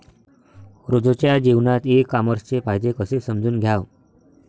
रोजच्या जीवनात ई कामर्सचे फायदे कसे समजून घ्याव?